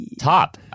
top